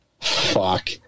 Fuck